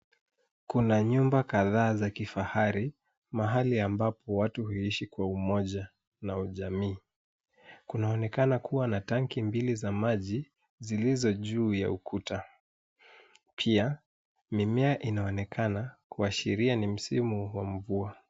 Kuna nyumba kadhaa za kifahari, mahali ambapo watu huishi kwa umoja na ujamii. Kunaonekana kuwa na tangi mbili za maji zilizo juu ya ukuta. Pia mimea inaonekana kuashiria ni msimu wa mvua.